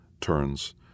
turns